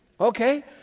Okay